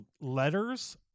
letters